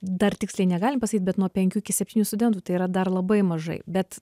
dar tiksliai negalim pasakyt bet nuo penkių iki septynių studentų tai yra dar labai mažai bet